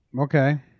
Okay